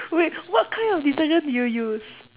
wait what kind of detergent did you use